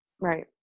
Right